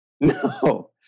no